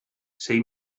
sei